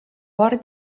бары